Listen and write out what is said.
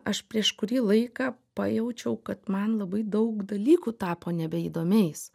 aš prieš kurį laiką pajaučiau kad man labai daug dalykų tapo nebeįdomiais